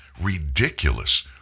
ridiculous